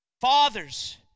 Fathers